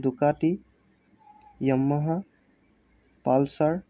Ducati Yamaha pulsar